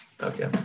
okay